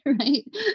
right